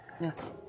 Yes